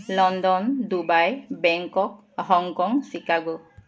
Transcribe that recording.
London Dubai Bangkok Hong Kong Chicago